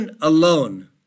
alone